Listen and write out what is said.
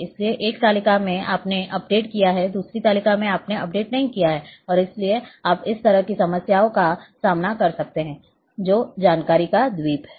इसलिए एक तालिका में आपने अपडेट किया है दूसरी तालिका में आपने अपडेट नहीं किया है और इसलिए आप इस तरह की समस्या का सामना कर सकते हैं जो जानकारी का द्वीप है